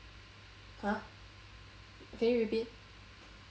!huh! can you repeat